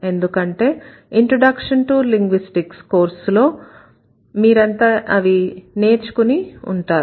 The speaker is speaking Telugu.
ఎందుకంటే 'ఇంట్రడక్షన్ టు లింగ్విస్టిక్స్' కోర్సులో మీరంతా ఇవి నేర్చుకుని ఉంటారు